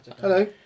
Hello